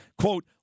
quote